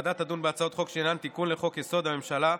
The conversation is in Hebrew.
הוועדה תדון בהצעות חוק שהינן תיקון לחוק-יסוד: הממשלה,